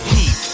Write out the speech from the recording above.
Heat